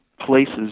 places